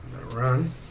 run